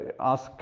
Ask